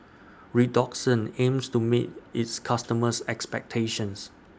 Redoxon aims to meet its customers' expectations